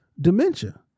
dementia